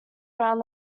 around